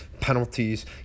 Penalties